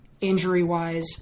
injury-wise